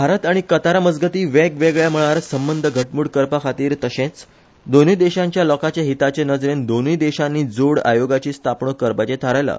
भारत आनी कतारा मजगती वेगवेगळ्या मळार संबंध घटमूट करपा खातीर तशेच दोनूय देशाच्या लोकाचे हिताचे नजरेन दोनूय देशानी जोड आयोगाची स्थापणूक करपाचे थारायला